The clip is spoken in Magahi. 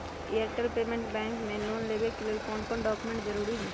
एयरटेल पेमेंटस बैंक से लोन लेवे के ले कौन कौन डॉक्यूमेंट जरुरी होइ?